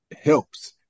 helps